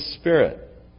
Spirit